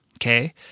Okay